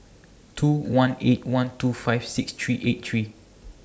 two one eight one two five six three eight three